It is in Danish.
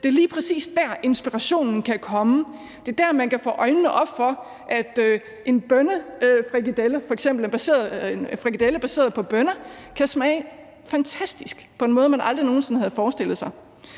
Det er lige præcis der, hvor inspirationen kan komme. Det er der, man kan få øjnene op for, at en frikadelle baseret på bønner kan smage fantastisk på en måde, man aldrig nogen sinde havde forestillet sig.